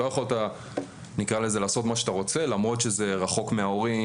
לא יכולת לעשות מה שאתה רוצה למרות שזה רחוק מההורים,